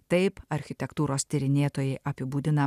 taip architektūros tyrinėtojai apibūdina